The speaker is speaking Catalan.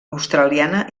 australiana